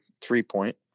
three-point